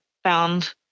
found